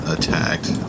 Attacked